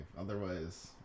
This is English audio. Otherwise